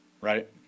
right